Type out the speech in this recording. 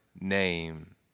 name